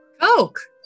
Coke